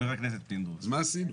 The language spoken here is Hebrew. אז מה עשינו?